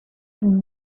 and